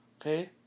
Okay